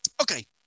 okay